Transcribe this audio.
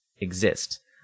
exist